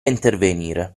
intervenire